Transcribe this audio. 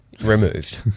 Removed